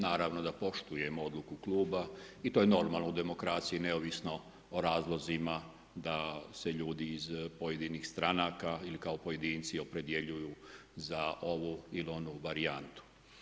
Naravno da poštujem odluku kluba i to je normalno u demokraciji, neovisno o razlozima da se ljudi iz pojedinih stranaka ili kao pojedinci opredjeljuju za ovu ili onu varijantu.